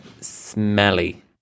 Smelly